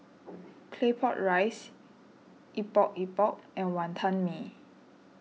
Claypot Rice Epok Epok and Wantan Mee